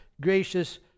gracious